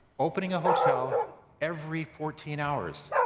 opening a hotel every fourteen hours,